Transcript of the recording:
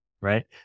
right